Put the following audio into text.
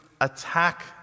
attack